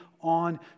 On